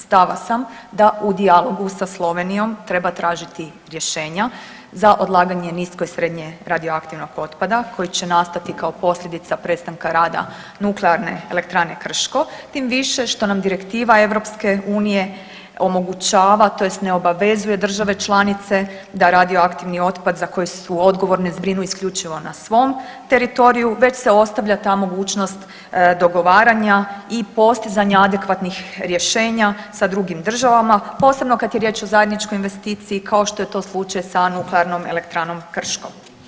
Stava sam da u dijalogu sa Slovenijom treba tražiti rješenja za odlaganje nisko i srednje radioaktivnog otpada koje će nastati kao posljedica prestanka rada Nuklearne elektrane Krško tim više što nam direktiva Europske unije omogućava tj. ne obavezuje države članice da radioaktivni otpad za koji su odgovorne zbrinu isključivo na svom teritoriju, već se ostavlja ta mogućnost dogovaranja i postizanja adekvatnih rješenja sa drugim državama posebno kada je riječ o zajedničkoj investiciji kao što je to slučaj sa Nuklearnom elektranom Krško.